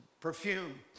perfume